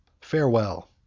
Farewell